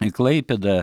į klaipėdą